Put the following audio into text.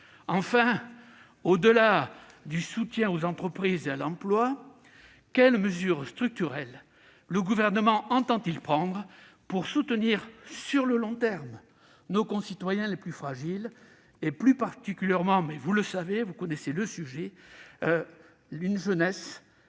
Enfin, au-delà du soutien aux entreprises et à l'emploi, quelles mesures structurelles le Gouvernement entend-il prendre pour soutenir, sur le long terme, nos concitoyens les plus fragiles, plus particulièrement la jeunesse, qui, vous le savez, voit son